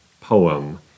poem